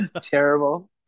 Terrible